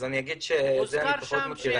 אז אני אגיד שאת זה אני פחות מכיר,